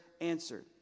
answered